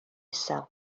isel